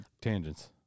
tangents